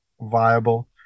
viable